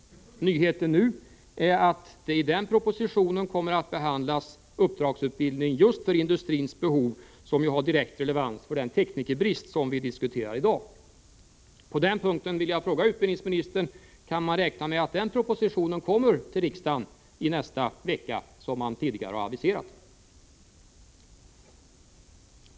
Nyheten nu är att i den propositionen kommer att behandlas uppdragsutbildning just för industrins behov, som ju har direkt relevans för den teknikerbrist vi diskuterar i dag. På denna punkt vill jag fråga utbildningsministern: Kan man räkna med att propositionen föreläggs riksdagen i nästa vecka, som tidigare har aviserats?